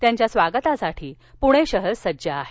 त्यांच्या स्वागतासाठी पूणे शहर सज्ज आहे